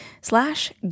slash